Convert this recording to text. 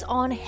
on